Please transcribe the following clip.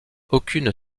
aucune